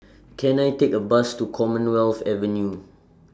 Can I Take A Bus to Commonwealth Avenue